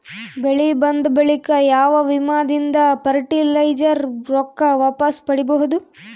ಬೆಳಿ ಬಂದ ಬಳಿಕ ಯಾವ ವಿಮಾ ದಿಂದ ಫರಟಿಲೈಜರ ರೊಕ್ಕ ವಾಪಸ್ ಪಡಿಬಹುದು?